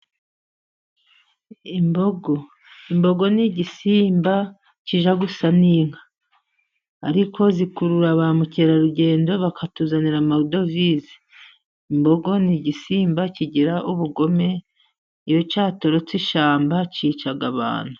Imbogo, imbogo ni igisimba kijya gusa n'inka. Ariko zikurura ba mukerarugendo bakatuzanira amadovize. Imbogo ni igisimba kigira ubugome, iyo cyatorotse ishyamba cyica abantu.